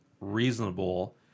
reasonable